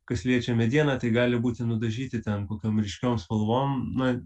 kas liečia medieną tai gali būti nudažyti ten kokiom ryškiom spalvom na